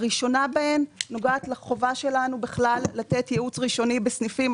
הראשונה בהן נוגעת לחובה שלנו בכלל לתת ייעוץ ראשוני בסניפים.